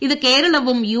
ഇത് കേരളവും യു